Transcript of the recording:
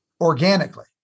organically